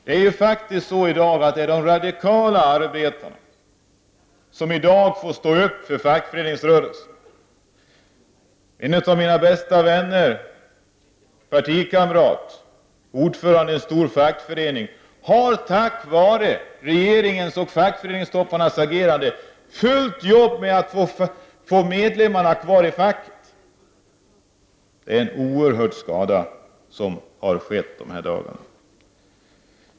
Det är ju de radikala arbetarna som i dag får ställa upp för fackföreningsrörelsen. En av mina bästa vänner — partikamrat, ordförande i en stor fackförening — har på grund av regeringens och fackföreningstopparnas agerande fullt jobb med att hålla medlemmarna kvar i facket. Det är en oerhörd skada som har skett de här dagarna.